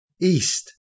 East